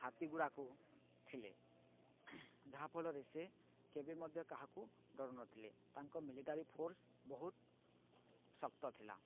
ହାତୀ ଗୁଡ଼ାକ ଥିଲେ ଯାହାଫଳରେ ସେ କେବେ ମଧ୍ୟ କାହାକୁ ଗରୁନଥିଲେ ତାଙ୍କ ମିଲିଟାରୀ ଫୋର୍ସ ବହୁତ ଶକ୍ତ ଥିଲା